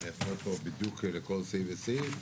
מפנה פה לכל סעיף וסעיף,